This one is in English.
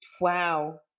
wow